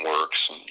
works